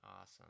awesome